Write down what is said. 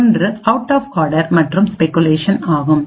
ஒன்று out of order மற்றும் speculation ஆகும்